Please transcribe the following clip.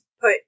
put